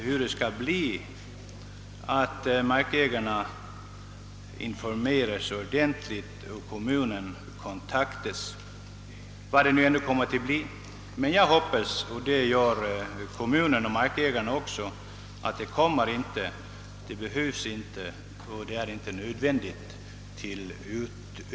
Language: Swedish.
Jag hoppas att markägarna informeras och kommunen kontaktas innan beslut fattas. Både kommunen och markägarna hoppas att någon utvidgning av skjutfältet inte blir aktuell.